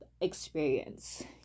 experience